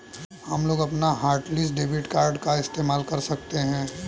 हमलोग अपना hotlist debit card का इस्तेमाल कर सकते हैं